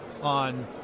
on